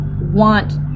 want